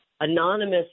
anonymous